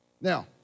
Now